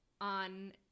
on